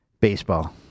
Baseball